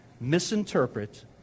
misinterpret